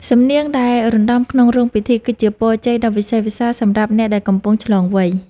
សំនៀងដែលរណ្ដំក្នុងរោងពិធី គឺជាពរជ័យដ៏វិសេសវិសាលសម្រាប់អ្នកដែលកំពុងឆ្លងវ័យ។